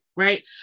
Right